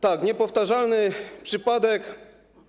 Tak, to niepowtarzalny przypadek.